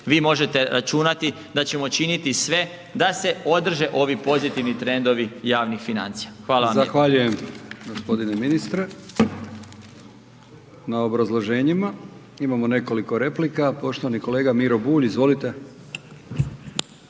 vi možete računati da ćemo činiti sve da se održe ovi pozitivni trendovi javnih financija. Hvala vam